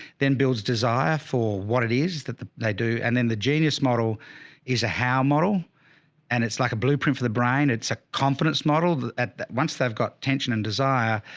then builds desire for what it is that they do. and then the genius model is a how model and it's like a blueprint for the brain. it's a confidence modeled at once they've got tension and desire,